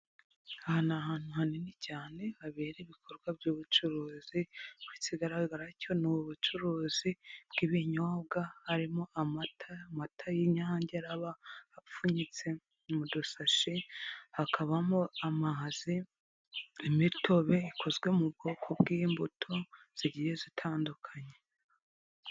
Aha ni ahantu hanini cyane habera ibikorwa by'ubucuruzi, ikigaragara cyo n'ubucuruzi bw'ibinyobwa, harimo amata, mata y'inyange, aba apfunyitse mu dusashi, hakabamo amazi, imitobe ikozwe mu bwoko bw'imbuto zigiye zitandukanye.